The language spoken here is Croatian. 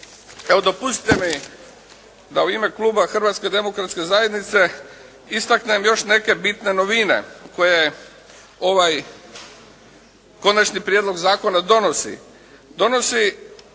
dopustite mi da u ime Kluba Hrvatske demokratske zajednice istaknem još neke bitne novine koje ovaj konačni prijedlog donosi.